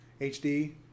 HD